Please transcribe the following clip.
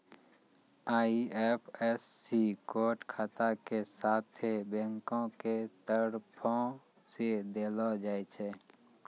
IFSC code खाता के साथे बैंको के तरफो से देलो जाय छै